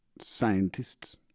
scientists